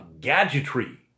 gadgetry